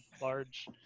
large